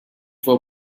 for